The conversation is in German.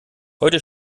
heute